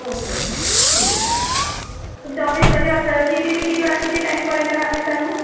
ओ के okay ठीक आहे तुमचा ऑफिस कधी वाजता किती ते किती वाज किती टाईमपर्यंत रहाते चालू